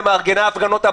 למארגני ההפגנות,